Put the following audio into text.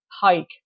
Hike